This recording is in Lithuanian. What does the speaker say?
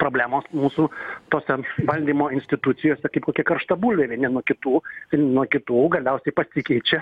problemos mūsų tose valdymo institucijose kaip kokia karšta bulvė vieni nuo kitų nuo kitų galiausiai pasikeičia